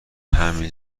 همین